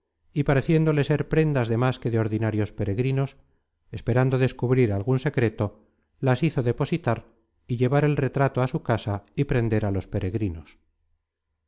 y pareciéndole ser prendas de más que de ordinarios peregrinos esperando descubrir algun secreto las hizo depositar y llevar el retrato á su casa y prender a los peregrinos